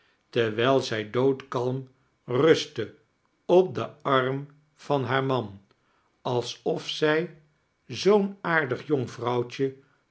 terwijl zij doodkalm rustte op den arm van haar man alsof zij zoo'n aardig jong vrouwtje